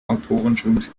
autorenschwund